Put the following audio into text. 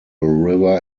river